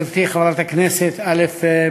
גברתי חברת הכנסת, א.